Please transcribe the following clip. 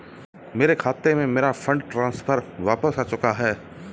मेरे खाते में, मेरा फंड ट्रांसफर वापस आ चुका है